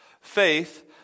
faith